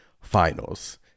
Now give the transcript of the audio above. Finals